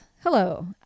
Hello